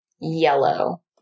yellow